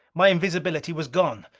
my invisibility was gone!